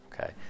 okay